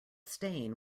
stain